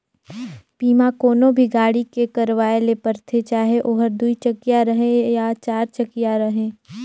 बीमा कोनो भी गाड़ी के करवाये ले परथे चाहे ओहर दुई चकिया रहें या चार चकिया रहें